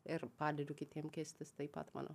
ir padedu kitiem keistis taip pat manau